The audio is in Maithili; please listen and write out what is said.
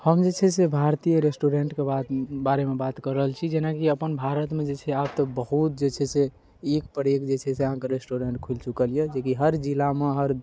हम जे छै से भारतीय रेस्टोरेन्टके बात बारेमे बात कऽ रहल छी जेनाकि अपन भारतमे जे छै आब तऽ बहुत जे छै से एकपर एक जे छै से अहाँके रेस्टोरेन्ट खुलि चुकल अइ जेकि हर जिलामे हर